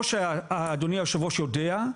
וכמו שאדוני היושב-ראש יודע,